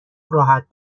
راحت